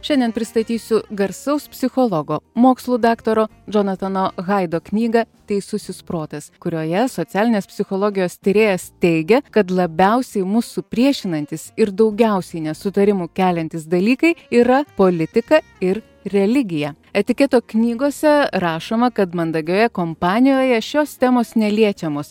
šiandien pristatysiu garsaus psichologo mokslų daktaro džonatano haido knygą teisusis protas kurioje socialinės psichologijos tyrėjas teigia kad labiausiai mus supriešinantys ir daugiausiai nesutarimų keliantys dalykai yra politika ir religija etiketo knygose rašoma kad mandagioje kompanijoje šios temos neliečiamos